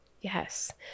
yes